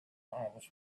homes